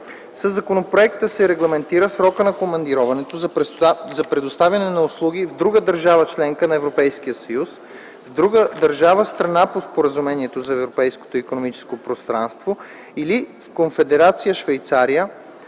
Със законопроекта се регламентира срокът на командироването за предоставяне на услуги в друга държава – членка на Европейския съюз, в друга държава – страна по Споразумението за Европейското икономическо пространство, или в Конфедерация Швейцария,